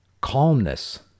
calmness